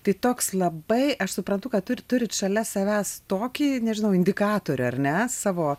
tai toks labai aš suprantu ką turi turit šalia savęs tokį nežinau indikatorių ar ne savo